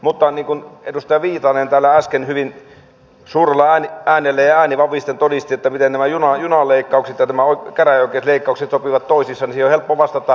mutta niin kuin edustaja viitanen täällä äsken hyvin suurella äänellä ja ääni vavisten todisti miten nämä junaleikkaukset ja nämä käräjäoikeusleikkaukset sopivat toisiinsa niin siihen on helppo vastata